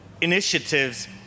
initiatives